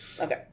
Okay